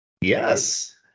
Yes